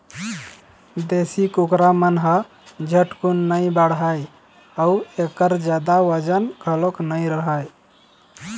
देशी कुकरा मन ह झटकुन नइ बाढ़य अउ एखर जादा बजन घलोक नइ रहय